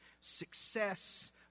Success